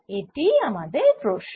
এটিই আমাদের প্রশ্ন